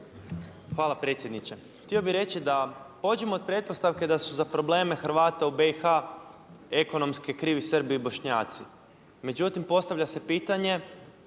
Hvala predsjedniče. Htio bih reći da pođimo od pretpostavke da su za probleme Hrvata u BiH ekonomske krivi Srbi i Bošnjaci. Međutim, postavlja se pitanje